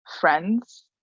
friends